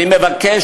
אני מבקש,